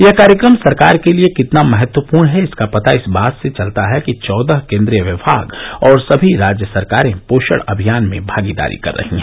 यह कार्यक्रम सरकार के लिए कितना महत्वपूर्ण है इसका पता इस बात से चलता है कि चौदह केन्द्रीय विमाग और सभी राज्य सरकारे पोषण अभियान में भागदारी कर रही हैं